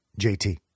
JT